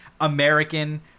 American